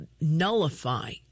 nullify